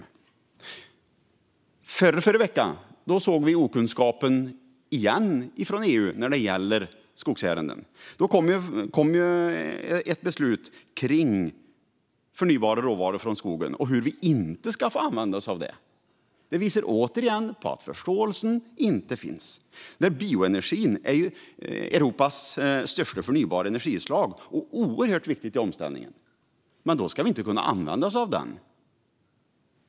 I förrförra veckan såg vi om igen okunskapen i EU i skogsärenden. Då kom ett beslut om att man inte ska få använda sig av förnybara råvaror från skogen. Det visar åter att förståelsen inte finns. Bioenergi är ju Europas största förnybara energislag och oerhört viktig i omställningen. Men nu ska den inte få användas.